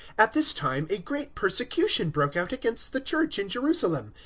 at this time a great persecution broke out against the church in jerusalem,